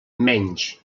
menys